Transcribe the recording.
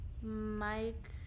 Mike